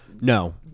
No